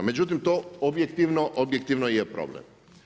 Međutim, to objektivno je problem.